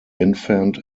infant